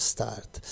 Start